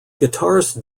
guitarist